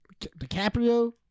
DiCaprio